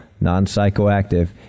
non-psychoactive